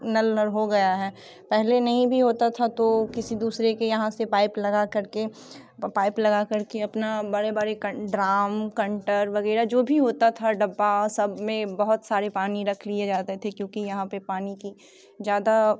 नल नर हो गया हैं पहले नहीं भी होता था तो किसी दूसरे के यहाँ से पाइप लगा करके पाइप लगा करके अपना बड़े बड़े ड्राम कंटर वगैरह जो भी होता था डब्बा सब में बहुत सारे पानी रख लिए जाते थे क्योंकि यहाँ पे पानी की ज़्यादा